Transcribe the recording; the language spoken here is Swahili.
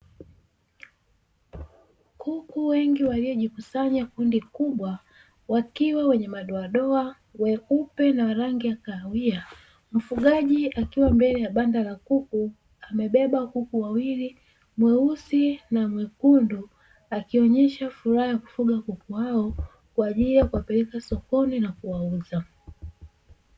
Kuku wengi waliojikusanya kundi kubwa wakiwa wenye madoa doa weupe na rangi ya kahawia, mfugaji akiwa mbele ya banda la kuku amebeba kuku wawili, mweusi na mwekundu akionyesha furaha kufuga kuku hao kwa ajili ya kuwapeleka sokoni na kuwauza.